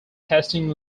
testing